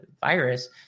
virus